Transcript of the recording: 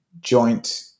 joint